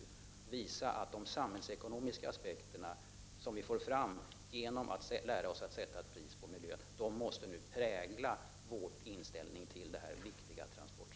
Vi måste visa att de samhällsekonomiska aspekter som vi får fram genom att lära oss att sätta ett pris på miljön måste prägla vår inställning till det här viktiga tranportsystemet.